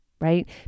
right